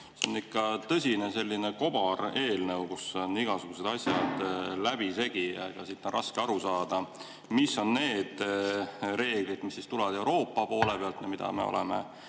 See on ikka selline tõsine kobareelnõu, kus on igasugused asjad läbisegi. Siit on raske aru saada, mis on need reeglid, mis tulevad Euroopa poole pealt, mida me oleme